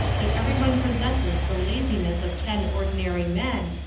that every one possesses the laziness of ten ordinary men,